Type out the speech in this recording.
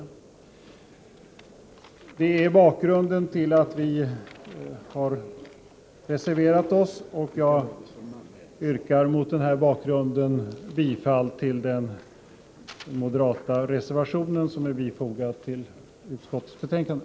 Det är bakgrunden till att vi har reserverat oss, och jag yrkar därför bifall till den moderata reservation som är fogad till utskottets betänkande.